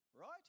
right